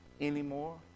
anymore